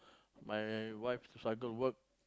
my wife struggle work